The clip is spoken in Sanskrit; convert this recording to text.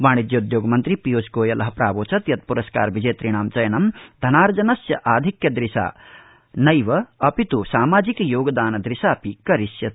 वाणिज्योद्योग मन्त्री पीयृषगोयल प्रावोचतु यतु पुरस्कार विजेतुणां चयनं धनार्जनस्य आधिक्यदुशा एव न अपितु सामाजिक योगदानदुशापि करिष्यते